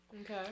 Okay